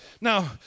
Now